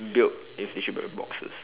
built with tissue paper boxes